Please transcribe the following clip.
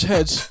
Heads